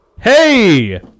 Hey